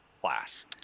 class